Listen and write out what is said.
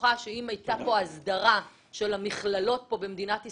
בטוחה שאם הייתה הסדרה של המכינות במדינת ישראל,